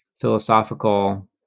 philosophical